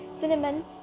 cinnamon